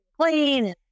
clean